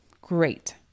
Great